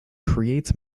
creates